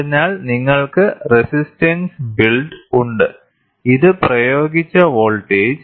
അതിനാൽ നിങ്ങൾക്ക് resistance build ഉണ്ട് ഇത് പ്രയോഗിച്ച വോൾട്ടേജ്